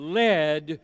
led